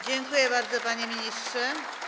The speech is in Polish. Dziękuję bardzo, panie ministrze.